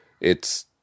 it's-